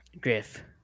griff